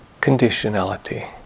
conditionality